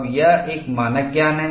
अब यह एक मानक ज्ञान है